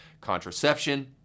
contraception